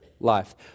life